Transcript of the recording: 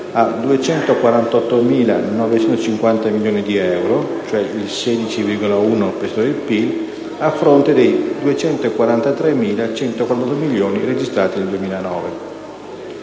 a 248.950 milioni di euro (cioè il 16,1 per cento del PIL), a fronte dei 243.148 milioni registrati nel 2009.